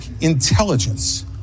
intelligence